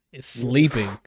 sleeping